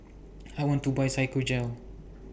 I want to Buy Physiogel